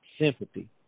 sympathy